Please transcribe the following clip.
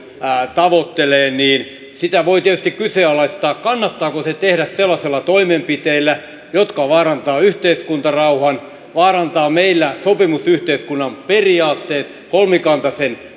tavoittelee voi tietysti kyseenalaistaa kannattaako se tehdä sellaisilla toimenpiteillä jotka vaarantavat yhteiskuntarauhan vaarantavat meillä sopimusyhteiskunnan periaatteet kolmikantaisen